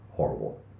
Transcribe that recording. horrible